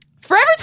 Forever